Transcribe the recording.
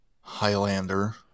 Highlander